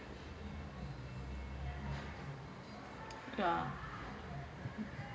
yeah